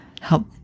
help